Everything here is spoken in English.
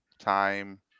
time